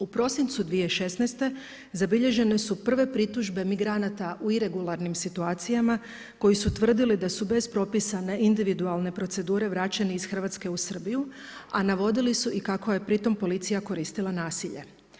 U prosincu 2016. zabilježene su prve pritužbe migranata u iregularnim situacijama, koji su tvrdili da su bez propisane individualne procedure vraćene iz Hrvatske u Srbiju, a navodili su i kako je pri tom policija koristila nasilje.